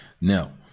Now